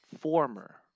former